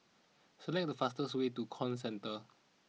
select the fastest way to Comcentre